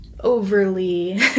overly